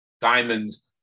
Diamonds